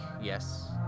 yes